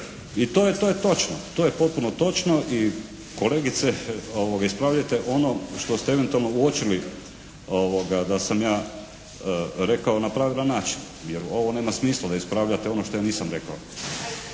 I to je točno, to je potpuno točno. I kolegice, ispravljate ono što ste eventualno uočili da sam ja rekao na pravilan način jer ovo nema smisla da ispravljate ono što ja nisam rekao.